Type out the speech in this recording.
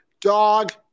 dog